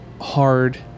hard